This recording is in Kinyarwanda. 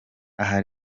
aha